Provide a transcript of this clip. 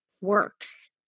works